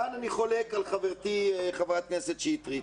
כאן אני חולק על חברתי חברת הכנסת שטרית.